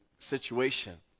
situation